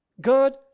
God